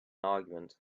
argument